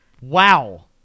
wow